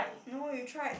no you tried